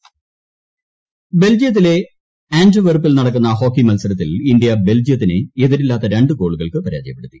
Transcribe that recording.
hockey ബെൽജിയത്തിലെ ആന്റ്വെർപ്പിൽ നടക്കുന്ന ഹോക്കി മത്സരത്തിൽ ഇന്ത്യ ബെൽജിയത്തിനെ എതിരില്ലാത്ത രണ്ട് ഗോളുകൾക്ക് പരാജയപ്പെടുത്തി